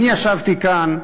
אני ישבתי כאן,